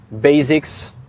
basics